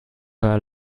her